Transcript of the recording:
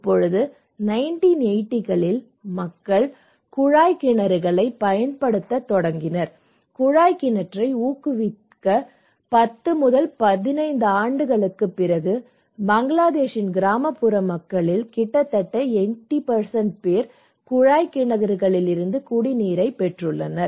இப்போது 1990 களில் மக்கள் குழாய் கிணறுகளைப் பயன்படுத்தத் தொடங்கினர் குழாய் கிணற்றை ஊக்குவித்த 10 15 ஆண்டுகளுக்குப் பிறகு பங்களாதேஷின் கிராமப்புற மக்களில் கிட்டத்தட்ட 80 பேர் குழாய் கிணறுகளிலிருந்து குடிநீரைப் பெற்றுள்ளனர்